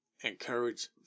encourage